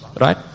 right